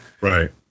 Right